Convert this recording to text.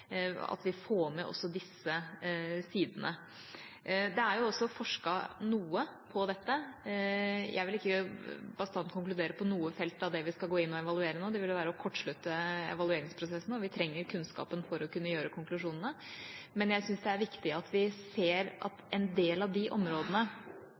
at vi får med også disse sidene. Det er også forsket noe på dette. Jeg vil ikke bastant konkludere på noe felt av det vi skal gå inn og evaluere nå. Det ville være å kortslutte evalueringsprosessen, og vi trenger kunnskapen for å kunne gjøre konklusjonene. Men jeg syns det er viktig at vi ser